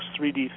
3D